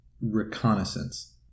Reconnaissance